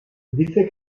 dice